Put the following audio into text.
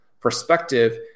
perspective